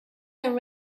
and